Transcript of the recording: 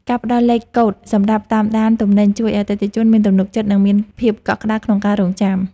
ការផ្តល់លេខកូដសម្រាប់តាមដានទំនិញជួយឱ្យអតិថិជនមានទំនុកចិត្ត និងមានភាពកក់ក្តៅក្នុងការរង់ចាំ។